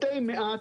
מתי מעט.